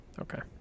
Okay